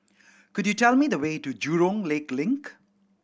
could you tell me the way to Jurong Lake Link